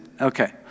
Okay